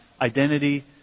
identity